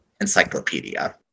encyclopedia